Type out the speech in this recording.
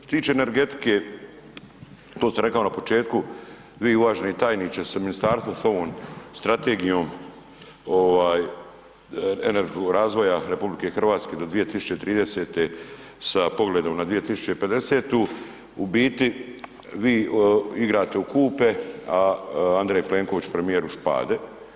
Što se tiče energetike to sam rekao na početku, vi uvaženi tajničke sa ministarstvom, sa ovom strategijom ovaj energo razvoja RH do 2030. sa pogledom na 2050., u biti vi igrate u …/nerazumljivo/… a Andrej Plenković, premijer u špade.